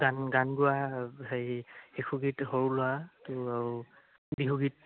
গান গান গোৱা হেৰি শিশুগীত সৰু ল'ৰা তোৰ আৰু বিহুগীত